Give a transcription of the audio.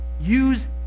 use